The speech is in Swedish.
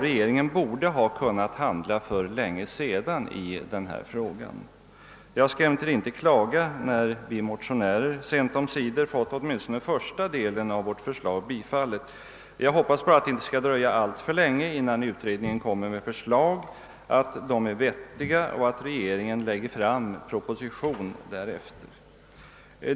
Regeringen borde ha kunnat handla för länge sedan i denna fråga. Jag skall emellertid inte klaga, när vi motionärer sent omsider fått åtminstone första delen av vårt förslag bifallen. Jag hoppas bara att det inte skall dröja alltför länge, innan utredningen framlägger sina förslag, att de är vettiga och att regeringen lägger fram sin proposition därefter.